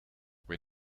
where